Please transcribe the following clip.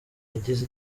yagize